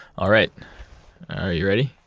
all right. are you ready?